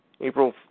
April